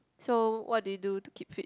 so what do you do to keep fit